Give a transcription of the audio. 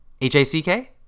H-A-C-K